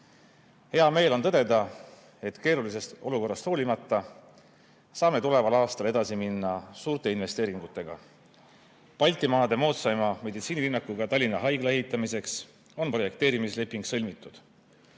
meel on tõdeda, et keerulisest olukorrast hoolimata saame tuleval aastal edasi minna suurte investeeringutega. Baltimaade moodsaima meditsiinilinnakuga Tallinna Haigla ehitamiseks on projekteerimisleping sõlmitud.